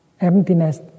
Emptiness